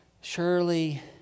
surely